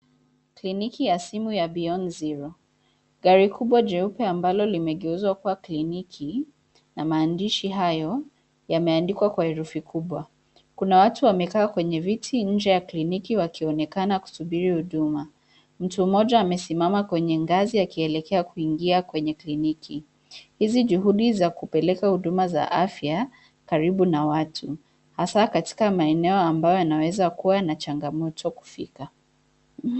Kliniki ya simu ya Beyond Zero. Gari kubwa jeupe ambalo limegeuzwa kuwa kliniki na maandishi hayo yameandikwa kwa herufi kubwa. Kuna watu wamekaa kwenye viti, nje ya kliniki wakionekana kusubiri huduma. Mtu mmoja amesimama kwenye ngazi akielekea kuingia kwenye kliniki. Hizi juhudi za kupeleka huduma za afya karibu na watu, hasa katika maeneo ambayo wanaweza kuwa na changamoto kufika.